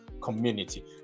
community